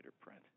print